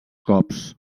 cops